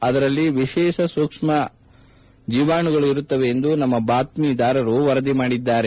ಅದರಲ್ಲಿ ವಿಶೇಷ ಸೂಕ್ಷ್ಮ ಜೀವಾಣುಗಳು ಇರುತ್ತವೆ ಎಂದು ನಮ್ನ ಬಾತ್ಸೀದಾರರು ವರದಿ ಮಾಡಿದ್ದಾರೆ